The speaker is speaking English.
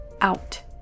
out